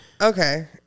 Okay